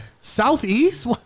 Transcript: southeast